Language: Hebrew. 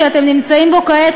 שאתם נמצאים בו כעת,